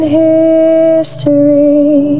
history